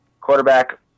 Quarterback